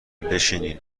بشینین